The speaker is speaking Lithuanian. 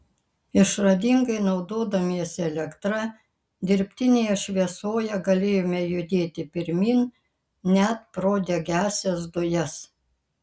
išradingai naudodamiesi elektra dirbtinėje šviesoje galėjome judėti pirmyn net pro degiąsias dujas